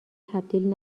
تبدیل